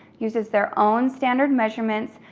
uses their own standard measurements,